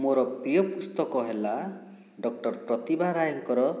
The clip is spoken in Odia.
ମୋର ପ୍ରିୟ ପୁସ୍ତକ ହେଲା ଡକ୍ଟର ପ୍ରତିଭା ରାଏଙ୍କର